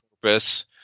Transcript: purpose